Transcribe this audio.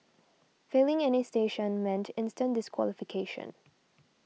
failing any station meant instant disqualification